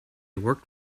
worked